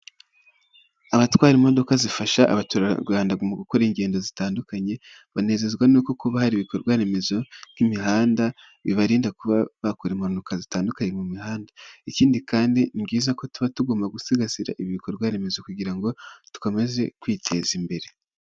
Abatwara imodoka zifasha abaturarwanda mu gukora ingendo zitandukanye, banezezwa nuko kuba hari ibikorwa remezo nk'imihanda bibarinda kuba bakora impanuka zitandukanye mu mihanda, ikindi kandi ni byiza ko tuba tugomba gusigasira ibikorwa remezo kugira ngo dukomeze kwiteza imbere.